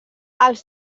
els